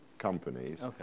Companies